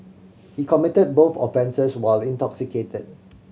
he committed both offences while intoxicated